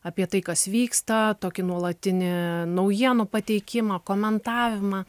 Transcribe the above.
apie tai kas vyksta tokį nuolatinį naujienų pateikimą komentavimą